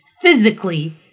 physically